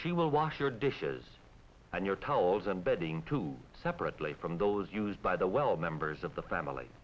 she will wash your dishes and your towels and bedding too separately from those used by the well members of the family